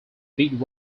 big